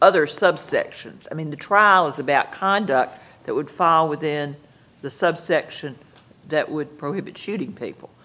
other subsections i mean the trial is about conduct that would fall within the subsection that would prohibit shooting people